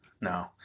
No